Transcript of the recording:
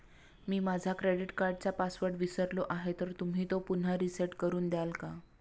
मी माझा क्रेडिट कार्डचा पासवर्ड विसरलो आहे तर तुम्ही तो पुन्हा रीसेट करून द्याल का?